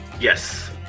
yes